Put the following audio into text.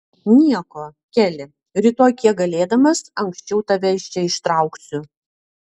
nieko keli rytoj kiek galėdamas anksčiau tave iš čia ištrauksiu